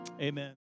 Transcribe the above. amen